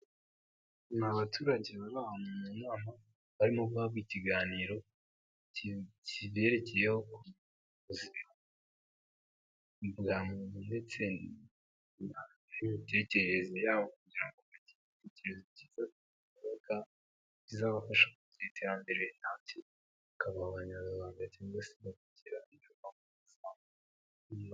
Nabaturage baba mu nama harimo guhabwa ikiganiro kibererekeyeho ku bwa muntu ndetse n'imitekerereze yabo kugira ba bafite igitekerezo cyiza kizabafasha kugira iterambere rirabye bakaba abanyayarwanda cyangwa se bagagira.